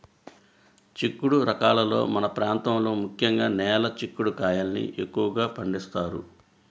చిక్కుడు రకాలలో మన ప్రాంతంలో ముఖ్యంగా నేల చిక్కుడు కాయల్ని ఎక్కువగా పండిస్తారు